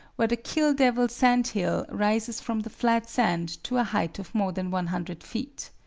where the kill devil sand hill rises from the flat sand to a height of more than one hundred feet.